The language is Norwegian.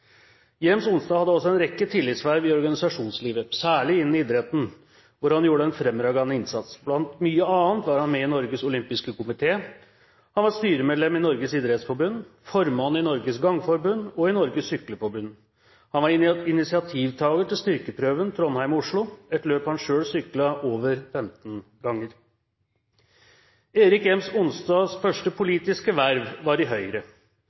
verv. Gjems-Onstad hadde også en rekke tillitsverv i organisasjonslivet, særlig innen idretten, der han gjorde en fremragende innsats. Blant mye annet var han med i Norges Olympiske Komité, han var styremedlem i Norges Idrettsforbund, formann i Norges Gangforbund og i Norges Cykleforbund. Han var initiativtaker til Styrkeprøven Trondheim–Oslo, et løp han selv syklet over 15 ganger. Erik Gjems-Onstads første politiske verv var